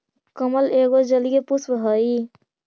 कमल एगो जलीय पुष्प हइ